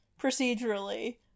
procedurally